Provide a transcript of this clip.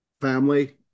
family